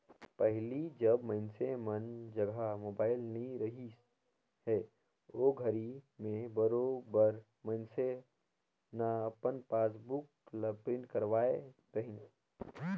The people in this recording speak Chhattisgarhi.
पहिले जब मइनसे मन जघा मोबाईल नइ रहिस हे ओघरी में बरोबर मइनसे न अपन पासबुक ल प्रिंट करवाय रहीन